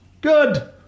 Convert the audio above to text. Good